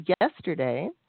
yesterday